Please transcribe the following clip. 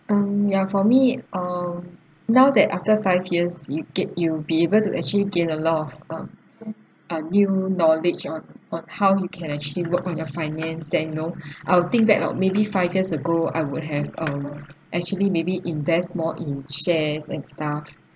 mm ya for me um now that after five years you get you be able to achieve gain a lot of um ah new knowledge on on how you can actually work on your finance then you know I'll think back that maybe five years ago I would have um actually maybe invest more in shares and stuff